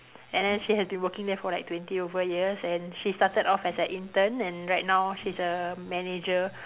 and then she has been working there for like twenty over years and she started off as a intern and right now she's a manager